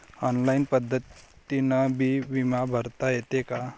Online पद्धतीनं बी बिमा भरता येते का?